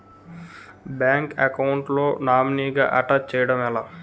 Bank account లో నామినీగా attach చేయడం ఎలా?